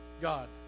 god